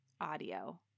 audio